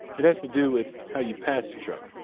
it has to do with how you pass a truck.